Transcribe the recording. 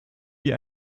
wie